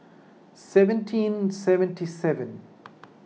seventeen seventy seven